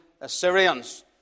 Assyrians